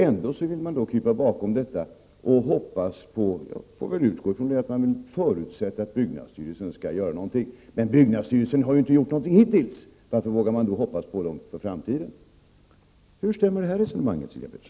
Ändå vill man krypa bakom denna utredning och hoppas på — jag får väl utgå från det — att byggnadsstyrelsen skall göra någonting. Men byggnadsstyrelsen har ju inte gjort någonting hittills! Varför vågar man då hoppas på den inför framtiden? Hur stämmer detta resonemang, Sylvia Pettersson?